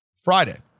Friday